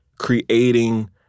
creating